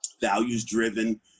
values-driven